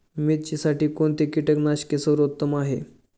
मिरचीसाठी कोणते कीटकनाशके सर्वोत्तम आहे?